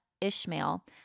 Ishmael